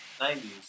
90s